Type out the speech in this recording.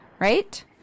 right